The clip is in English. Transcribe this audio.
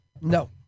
No